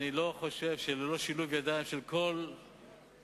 אני לא חושב שללא שילוב ידיים של כל חברי